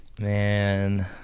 Man